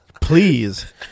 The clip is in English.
Please